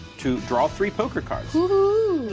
to draw three poker cards.